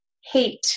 hate